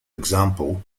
example